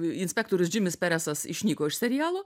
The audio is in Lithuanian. inspektorius džimis peresas išnyko iš serialo